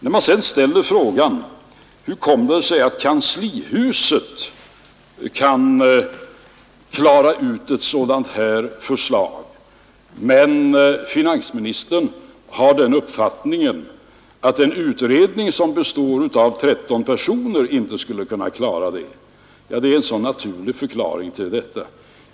När man sedan ställer frågan hur det kommer sig att kanslihuset kan klara ut ett sådant här förslag men finansministern har den uppfattningen att en utredning, som består av 13 personer, inte skulle kunna klara det, så finns det en naturlig förklaring till detta.